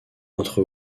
entre